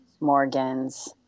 Morgan's